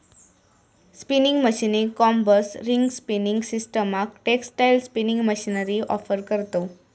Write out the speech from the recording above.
spinning मशीनीक combers, ring spinning सिस्टमाक textile spinning machinery offer करतव